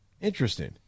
Interesting